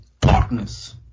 darkness